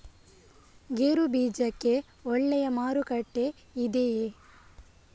ಗೇರು ಬೀಜಕ್ಕೆ ಒಳ್ಳೆಯ ಮಾರುಕಟ್ಟೆ ಇದೆಯೇ?